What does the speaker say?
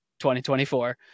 2024